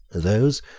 those,